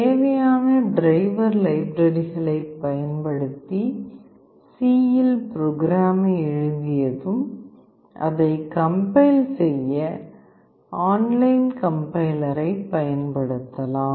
தேவையான டிரைவர் லைப்ரரிகளைப் பயன்படுத்தி C யில் ப்ரோக்ராமை எழுதியதும் அதை கம்பைல் செய்ய ஆன்லைன் கம்பைலரைப் பயன்படுத்தலாம்